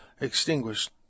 extinguished